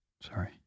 Sorry